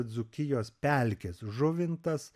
dzūkijos pelkės žuvintas